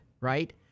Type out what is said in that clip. right